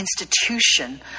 institution